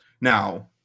Now